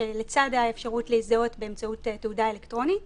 שלצד האפשרות להזדהות באמצעות תעודה אלקטרונית